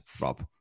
Rob